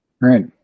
right